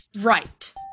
right